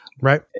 right